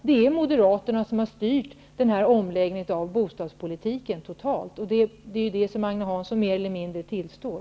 Det är Moderaterna som helt har styrt omläggningen av bostadspolitiken, och det tillstår